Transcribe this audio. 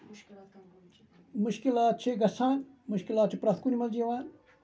مُشکِلات چھِ گژھان مُشکِلات چھِ پرٮ۪تھ کُنہِ منٛز یِوان